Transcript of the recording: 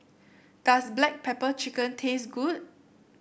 does Black Pepper Chicken taste good